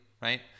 right